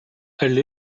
elle